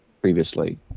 previously